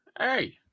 Hey